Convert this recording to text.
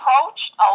approached